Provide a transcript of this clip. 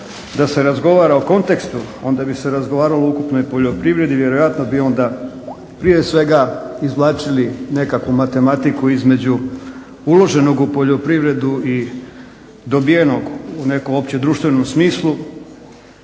da se razgovara o kontekstu, onda bi se razgovaralo o ukupnoj poljoprivredi. Vjerojatno bi onda prije svega izvlačili nekakvu matematiku između uloženog u poljoprivredu i dobijenog u nekom opće društvenom smislu.